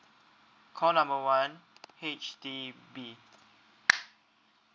call number one H_D_B